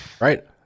Right